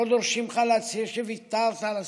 אנחנו לא דורשים ממך להצהיר שוויתרת על הסיפוח,